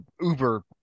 Uber